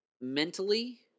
mentally